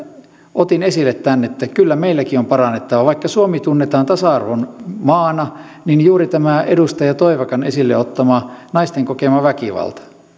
otin esille tämän että kyllä meilläkin on parannettavaa vaikka suomi tunnetaan tasa arvon maana niin juuri tämän edustaja toivakan esille ottaman naisten kokeman väkivallan